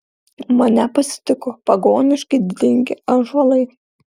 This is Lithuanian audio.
mane pasitiko pagoniškai didingi ąžuolai